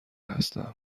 هستم